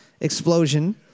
Explosion